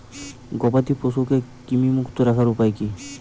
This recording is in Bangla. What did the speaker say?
গবাদি পশুকে কৃমিমুক্ত রাখার উপায় কী?